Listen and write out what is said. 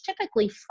typically